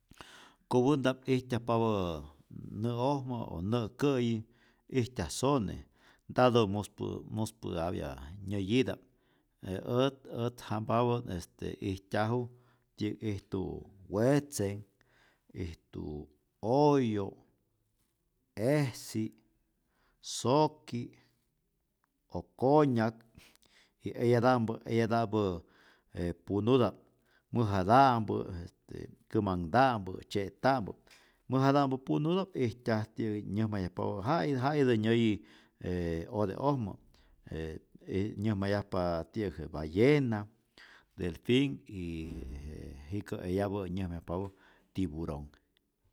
Kopänta'p ijtyajpapää nä'ojmä o nä'kä'yi ijtyaj sone ntatä muspä muspä'apya nyäyita'p, e ät ät jampapä't este ijtyaju ti'yäk ijtu wetzek, ijtu oyo', ejsi, soki, okonyak y eyata'mpä eyata'mpä e punuta'p mäjata'mpä' este kämanhta'mpä, tzye'ta'mpä, mäjata'mpä punuta'p ijtyaj ti'yäk nyäjmayajpapä ja i ja'itä nyäyi e ote'ojmä e i nyäjmayajpa ti'yäk je ballena, delfin, yyy j jikä eyapä nyäjmayajpapä tiburonh.